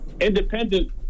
Independent